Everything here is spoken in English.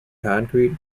concrete